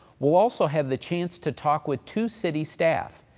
we'll also have the chance to talk with two city staff,